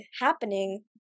happening